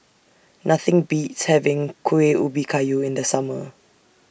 Nothing Beats having Kueh Ubi Kayu in The Summer